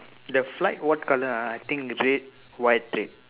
the flag what colour (huh) I think red white red